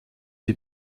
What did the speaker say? die